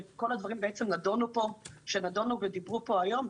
כל הדברים בעצם שנדונו ודיברו פה היום,